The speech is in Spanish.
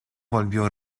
volvió